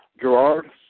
Gerard